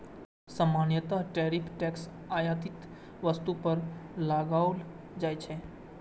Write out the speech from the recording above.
सामान्यतः tariff tax आयातित वस्तु पर लगाओल जाइ छै